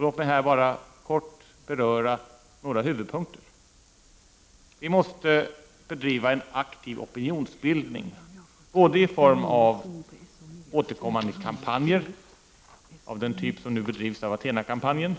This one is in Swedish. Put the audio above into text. Låt mig här kort beröra några huvudpunkter: Vi måste bedriva en aktiv opinionsbildning, både i form av återkommande kampanjer, av den typ som den kampanj som nu bedrivs av Athena-gruppen,